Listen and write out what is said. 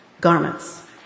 garments